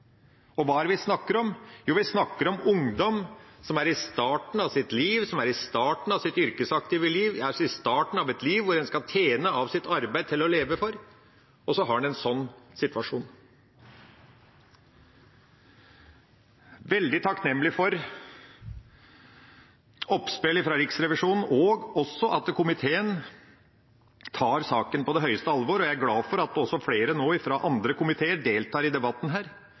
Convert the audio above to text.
Og hva er det vi snakker om? Jo, vi snakker om ungdom som er i starten av sitt liv, som er i starten av sitt yrkesaktive liv, hvor man gjennom sitt arbeid skal tjene penger til å leve av, og så er situasjonen slik. Jeg er veldig takknemlig for oppspill fra Riksrevisjonen og for at komiteen tar saken på det største alvor. Jeg er glad for at også flere fra andre komiteer deltar i debatten,